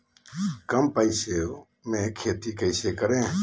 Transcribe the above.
कम पैसों में खेती कैसे करें?